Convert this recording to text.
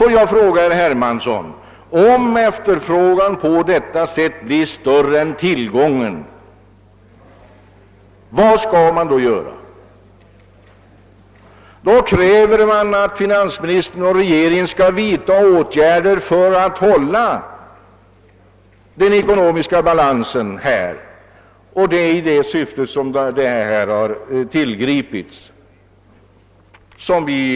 Får jag fråga herr Hermansson: Vad skall man göra om efterfrågan på detta sätt blir större än tillgången? Då kräver oppositionen att finansministern och regeringen skall vidta åtgärder så att den ekonomiska balansen kan hållas. Det är i det syftet som höjningen av arbetsgivaravgiften har föreslagits.